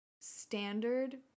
standard